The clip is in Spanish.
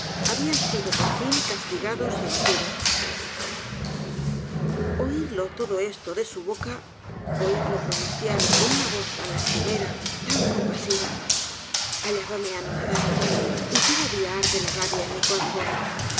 habian sido por fin castigados y abatidos oirlo todo esto de su boca oirlo pronunciar con una voz tan lastimera tan compasiva hallábame anonadado y todavía arde la rabia en mi corazón